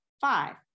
Five